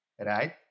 right